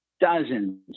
dozens